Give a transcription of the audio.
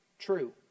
true